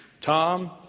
Tom